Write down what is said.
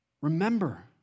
Remember